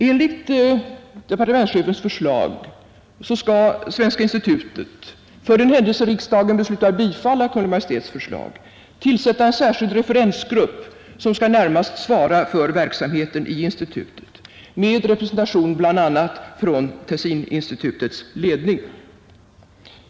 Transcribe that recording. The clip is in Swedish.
Enligt departementschefens förslag skall Svenska institutet tillsätta en särskild referensgrupp för verksamheten i institutet med representation bl.a. från Tessininstitutets ledning.